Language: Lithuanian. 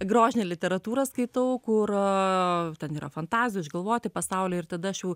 grožinę literatūrą skaitau kur a ten yra fantazijų išgalvoti pasauliai ir tada aš jau